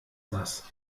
das